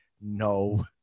no